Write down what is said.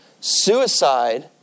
suicide